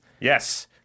Yes